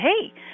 hey